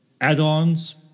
add-ons